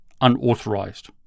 unauthorized